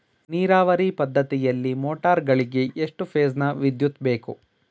ನೀರಾವರಿ ಪದ್ಧತಿಯಲ್ಲಿ ಮೋಟಾರ್ ಗಳಿಗೆ ಎಷ್ಟು ಫೇಸ್ ನ ವಿದ್ಯುತ್ ಬೇಕು?